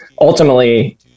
ultimately